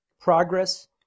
progress